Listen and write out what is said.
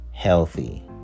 Healthy